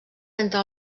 entre